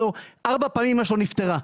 ארבע פעמים אימא שלו נפטרה,